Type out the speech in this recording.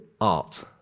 art